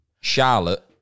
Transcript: Charlotte